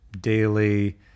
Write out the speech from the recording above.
daily